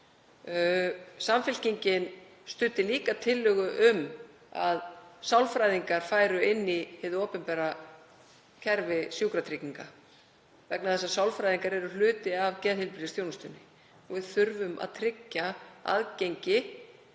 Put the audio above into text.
Samfylkingin studdi líka tillögu um að sálfræðingar færu inn í hið opinbera kerfi sjúkratrygginga vegna þess að sálfræðingar eru hluti af geðheilbrigðisþjónustunni. Við þurfum að tryggja aðgengi